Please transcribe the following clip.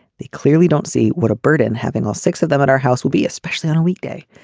they clearly don't see what a burden having all six of them on our house will be especially on a weekday.